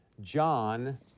John